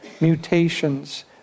mutations